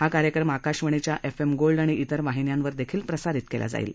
हा कार्यक्रम ाकाशवाणीच्या एफ एम गोल्ड ाणि इतर वाहिन्यांवर देखील प्रसारित केला जाईल